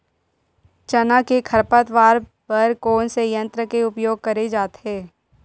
चना के खरपतवार बर कोन से यंत्र के उपयोग करे जाथे?